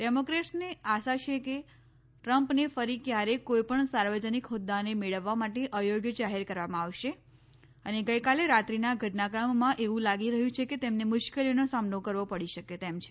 ડેમોક્રેટ્સને આશા છે કે ટ્રમ્પને ફરી ક્વારે કોઈ પણ સાર્વજનિક હોદ્દાને મેળવવા માટે અયોગ્ય જાહેર કરવામાં આવશે અને ગઇકાલે રાત્રીના ઘટનાક્રમમાં એવું લાગી રહ્યું છે કે તેમને મુશ્કેલીઓનો સામનો કરવો પડી શકે તેમ છે